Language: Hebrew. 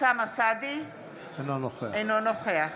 אינו נוכח